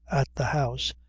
at the house,